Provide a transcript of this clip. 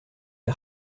est